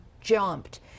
jumped